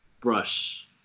brush